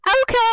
Okay